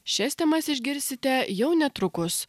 šias temas išgirsite jau netrukus